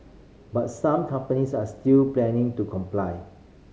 but some companies are still planning to comply